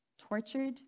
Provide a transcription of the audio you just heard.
tortured